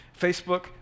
Facebook